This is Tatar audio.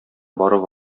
барып